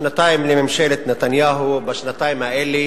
שנתיים לממשלת נתניהו, בשנתיים האלה